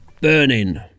burning